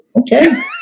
Okay